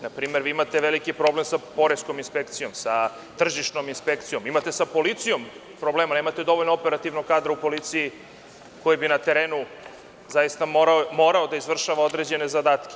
Na primer, vi imate veliki problem sa poreskom inspekcijom, sa tržišnom inspekcijom, imate sa policijom problema, nemate dovoljno operativnog kadra u policiji koji bi na terenu zaista morao da izvršava određene zadatke.